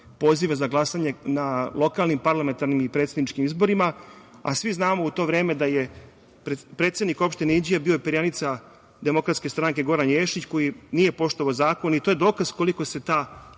pozive za glasanje na lokalnim parlamentarnim i predsedničkim izborima, a svi znamo u to vreme da je predsednik opštine Inđija bio i … Demokratske stranke, Goran Ješić, koji nije poštovao zakon i to je dokaz koliko se ta